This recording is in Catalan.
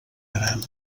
gran